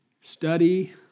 study